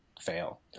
fail